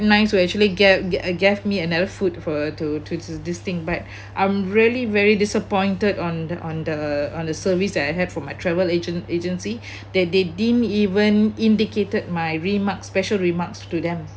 nice to actually gave gave me another food for to to this thing but I'm really very disappointed on the on the on the service that I had from my travel agent agency that they didn't even indicated my remarks special remarks to them